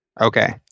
Okay